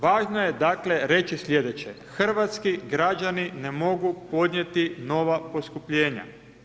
Važno je, dakle, reći slijedeće, hrvatski građani ne mogu podnijeti nova poskupljenja.